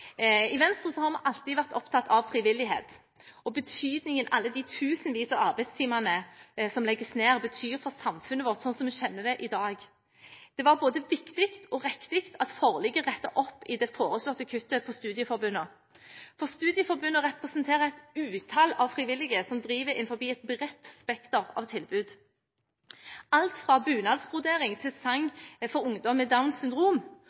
I Venstre har vi alltid vært opptatt av frivillighet og av betydningen alle de tusenvis av arbeidstimene som legges ned, har for samfunnet vårt slik vi kjenner det i dag. Det var både viktig og riktig at forliket rettet opp i det foreslåtte kuttet på studieforbundene. Studieforbundene representerer et utall av frivillige som driver innenfor et bredt spekter av tilbud – alt fra bunadsbrodering til sang for ungdom med Downs syndrom.